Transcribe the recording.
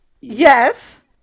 Yes